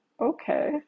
okay